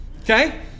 Okay